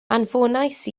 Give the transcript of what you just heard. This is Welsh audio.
anfonais